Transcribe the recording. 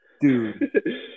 Dude